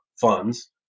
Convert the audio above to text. funds